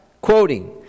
quoting